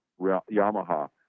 Yamaha